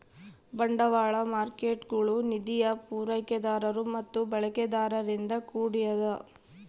ಬಂಡವಾಳ ಮಾರ್ಕೇಟ್ಗುಳು ನಿಧಿಯ ಪೂರೈಕೆದಾರರು ಮತ್ತು ಬಳಕೆದಾರರಿಂದ ಕೂಡ್ಯದ